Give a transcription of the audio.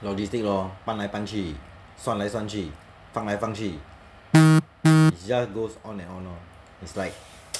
logistic lor 搬来搬去算来算去放来放去 is just goes on and on lor is like